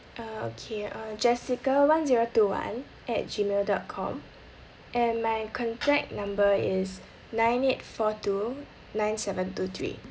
uh K uh jessica one zero two one at gmail dot com and my contact number is nine eight four two nine seven two three